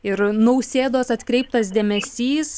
ir nausėdos atkreiptas dėmesys